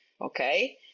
okay